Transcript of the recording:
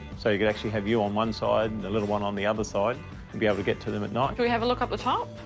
so you could actually have you on one side and the little one on the other side and be able to get to them at night. can we have a look at the top?